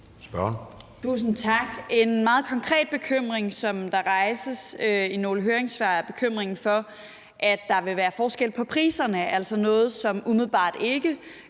Tusind tak. En meget konkret bekymring, som der rejses i nogle høringssvar, er bekymringen for, at der vil være forskel på priserne – altså noget, der ikke